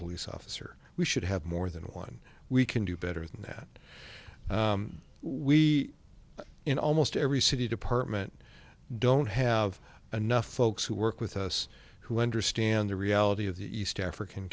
police officer we should have more than one we can do better than that we in almost every city department don't have enough folks who work with us who understand the reality of the east african